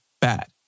bad